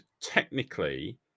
technically